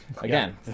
again